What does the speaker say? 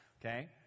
okay